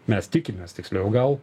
mes tikimės tiksliau gal